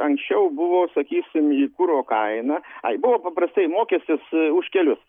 anksčiau buvo sakysim į kuro kaina ai buvo paprastai mokestis už kelius